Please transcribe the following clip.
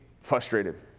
frustrated